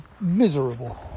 miserable